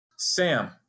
Sam